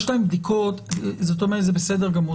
זה בסדר גמור,